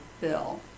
bill